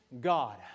God